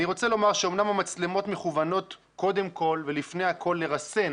אני רוצה לומר שאמנם המצלמות מכוונות קודם כל ולפני הכול לרסן,